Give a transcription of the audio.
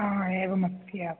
हा एवमस्ति हा